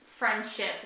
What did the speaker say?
Friendship